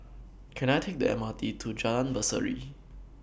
Can I Take The M R T to Jalan Berseri